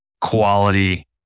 quality